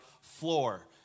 floor